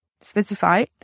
specify